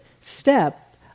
step